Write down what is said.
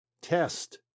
test